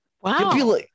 Wow